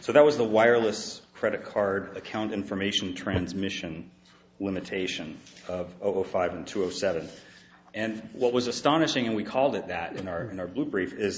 so that was the wireless credit card account information transmission limitation of over five and two of seven and what was astonishing and we called it that in our in our blue brief is